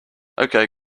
okay